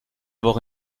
woche